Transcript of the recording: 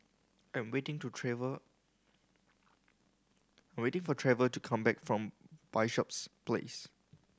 I'm waiting to Trever I'm waiting for Trever to come back from Bishops Place